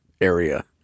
area